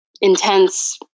intense